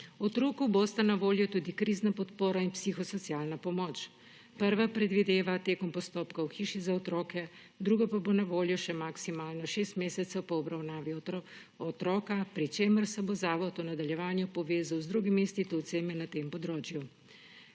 Otroku bosta na voljo tudi krizna podpora in psihosocialna pomoč. Prva se predvideva tekom postopka v hiši za otroke, druga pa bo na voljo še maksimalno šest mesecev po obravnavi otroka, pri čemer se bo zavod v nadaljevanju povezal z drugimi institucijami na tem področju.